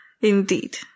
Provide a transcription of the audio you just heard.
Indeed